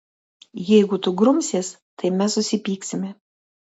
jeigu tu grumsies tai mes susipyksime